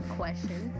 question